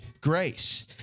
Grace